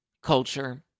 Culture